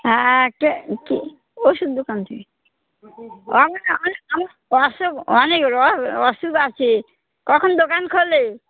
হ্যাঁ কি ওষুধ দোকান থেকে অসু অনেক অসুখ আছে কখন দোকান খোলে